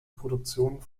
produktion